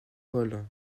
paul